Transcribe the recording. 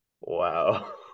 Wow